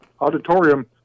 auditorium